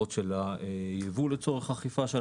ההגדרות של היבוא לצורך אכיפה של